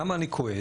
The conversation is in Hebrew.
למה אני כועס?